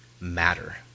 matter